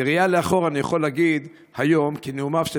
בראייה לאחור אני יכול להגיד היום כי נאומיו של